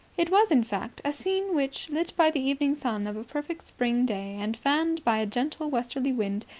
it was, in fact, a scene which, lit by the evening sun of a perfect spring day and fanned by a gentle westerly wind,